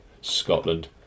Scotland